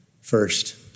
First